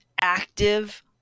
active